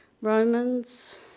Romans